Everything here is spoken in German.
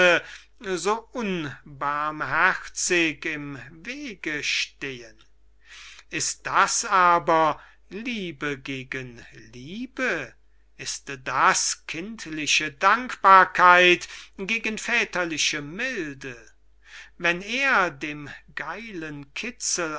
so unbarmherzig im weg stehen ist das aber liebe gegen liebe ist das kindliche dankbarkeit gegen väterliche milde wenn er dem geilen kitzel